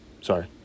sorry